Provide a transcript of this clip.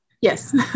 yes